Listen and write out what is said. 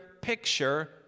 picture